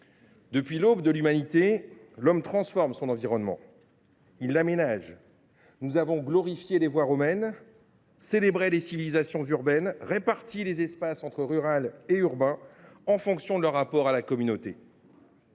Depuis l’aube de l’humanité, l’homme transforme son environnement. Il l’aménage. Nous avons glorifié les voies romaines, célébré les civilisations urbaines, réparti les espaces entre rural et urbain en fonction de leur rapport à la communauté.